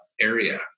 area